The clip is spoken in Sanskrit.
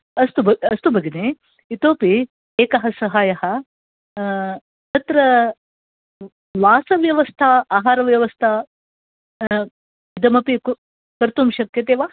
अस्तु भ भगिनी इतोऽपि एकः सहायः तत्र वासव्यवस्था आहारव्यवस्था इदमपि कु कर्तुं शक्यते वा